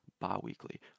bi-weekly